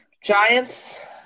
Giants